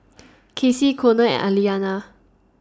Kaci Conner and